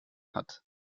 hat